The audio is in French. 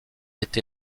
été